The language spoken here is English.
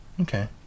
okay